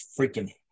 freaking